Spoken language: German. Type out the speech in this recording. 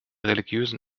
religiösen